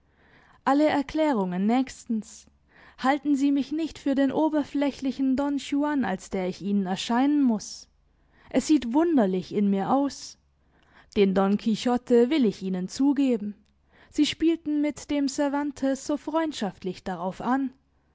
alle erklärungen nächstens halten sie mich nicht für den oberflächlichen don juan als der ich ihnen erscheinen muss es sieht wunderlich in mir aus den don quijote will ich ihnen zugeben sie spielten mit dem cervantes so freundschaftlich darauf an